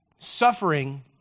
suffering